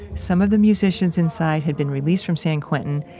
some of the musicians inside had been released from san quentin,